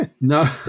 no